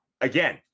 again